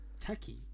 Techy